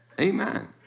Amen